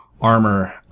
armor